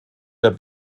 der